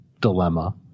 dilemma